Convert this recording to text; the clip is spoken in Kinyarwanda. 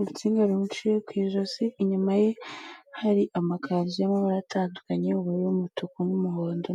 insinga zimuciye ku ijosi inyuma ye hari amakanzu y'amabara atandukanye y'ubururu n'umutuku n'umuhondo.